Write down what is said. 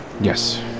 Yes